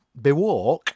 Bewalk